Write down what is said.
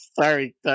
Sorry